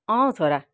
अँ हौ छोरा